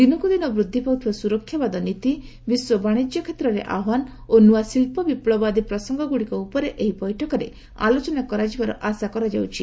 ଦିନକୁ ଦିନ ବୃଦ୍ଧି ପାଉଥିବା ସୁରକ୍ଷାବାଦ ନୀତି ବିଶ୍ୱ ବାଣିଜ୍ୟ କ୍ଷେତ୍ରରେ ଆହ୍ୱାନ ଓ ନୂଆ ଶିଳ୍ପ ବିପ୍ଳବ ଆଦି ପ୍ରସଙ୍ଗଗୁଡ଼ିକ ଉପରେ ଏହି ବୈଠକରେ ଆଲୋଚନା କରାଯିବାର ଆଶା କରାଯାଉଛି